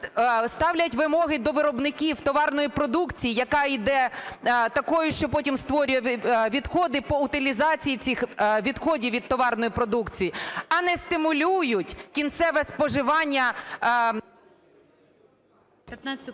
ставлять вимоги до виробників товарної продукції, яка іде такою, що потім створює відходити по утилізації відходів від товарної продукції, а не стимулюють кінцеве споживання…